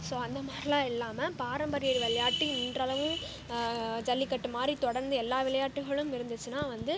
so அந்த மாதிரிலா இல்லாமல் பாரம்பரிய விளையாட்டு இன்றளவும் ஜல்லிக்கட்டு மாதிரி தொடர்ந்து எல்லா விளையாட்டுகளும் இருந்துச்சுன்னா வந்து